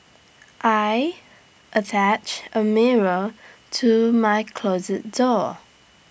I attached A mirror to my closet door